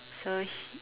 so he